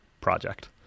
project